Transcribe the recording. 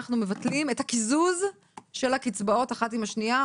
מבטלים את הקיזוז של הקצבאות אחת עם השנייה.